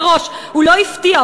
הוא לא הפתיע,